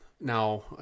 Now